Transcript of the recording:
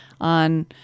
on